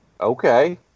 Okay